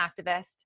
activist